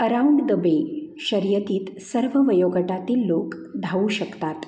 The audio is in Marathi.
अराऊंड द बे शर्यतीत सर्व वयोगटातील लोक धावू शकतात